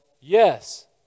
Yes